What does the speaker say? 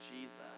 Jesus